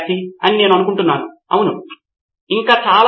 professor నేను నిన్ను అడుగుతున్నాను ఇది మీ ఆలోచన మీరు దీన్ని చేయాలి